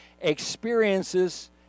experiences